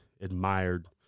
admired